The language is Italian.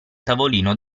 tavolino